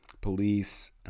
police